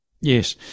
Yes